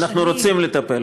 אנחנו רוצים לטפל,